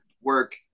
work